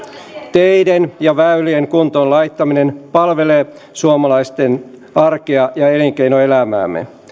teiden ja väylien kuntoon laittaminen palvelee suomalaisten arkea ja elinkeinoelämäämme